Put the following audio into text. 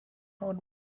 not